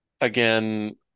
again